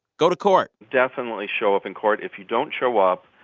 go to court definitely show up in court. if you don't show up,